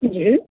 جی